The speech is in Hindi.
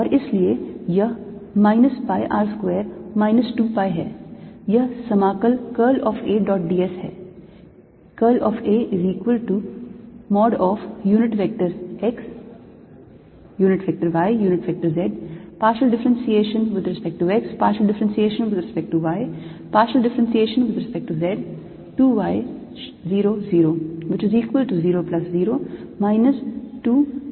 और इसलिए यह minus pi r square minus 2 pi है यह समाकल curl of A dot d s है